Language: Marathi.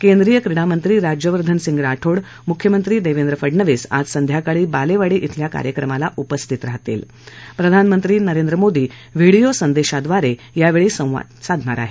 केंद्रीय क्रिडा मंत्री राज्यवर्धन सिंग राठोड मुख्यमंत्री देवेंद्र फडनवीस आज संध्याकाळी बालेवाडी खिल्या कार्यक्रमाला उपस्थित राहतील प्रधानमंत्री नरेंद्र मोदी व्हिडीओ संदेशाद्वारे संवाद साधणार आहेत